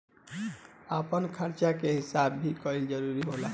आपन खर्चा के हिसाब भी कईल जरूरी होला